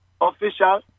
official